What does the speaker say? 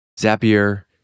Zapier